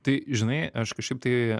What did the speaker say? tai žinai aš kažkaip tai